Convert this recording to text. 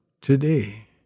today